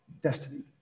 destiny